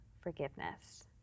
forgiveness